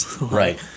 right